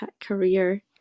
career